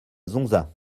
zonza